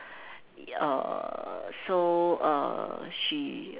err so err she